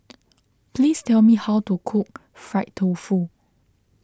please tell me how to cook Fried Tofu